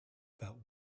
about